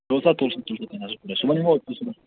تُل سا تُل سا تُل سا صُبحن یِمو اوٚتتھٕے